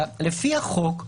לפי החוק,